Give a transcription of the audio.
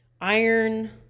iron